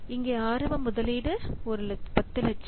இங்கே ஆரம்ப முதலீடு 1000000